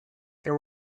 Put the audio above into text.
there